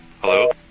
Hello